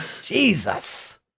Jesus